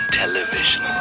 television